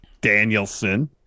Danielson